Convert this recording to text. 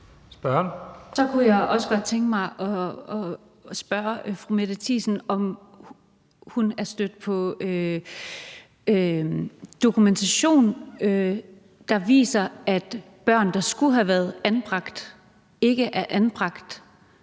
Så kunne jeg også godt tænke mig at spørge fru Mette Thiesen, om hun er stødt på dokumentation, der viser, at børn, der skulle have været anbragt, ikke er blevet